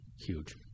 huge